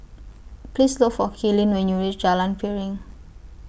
Please Look For Kaylin when YOU REACH Jalan Piring